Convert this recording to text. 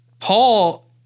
Paul